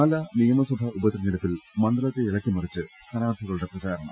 പാലാ നിയമസഭാ ഉപയെരഞ്ഞ ടുപ്പിൽ മണ്ഡലത്തെ ഇളക്കിമറിച്ച് സ്ഥാനാർത്ഥികളുടെ പ്രചാരണം